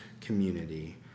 community